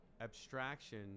abstraction